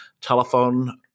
telephone